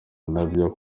nabyo